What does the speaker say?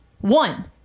One